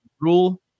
Rule